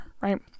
right